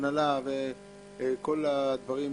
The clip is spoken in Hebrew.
הנעלה וכדו',